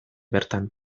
bertan